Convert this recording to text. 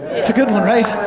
it's a good one, right?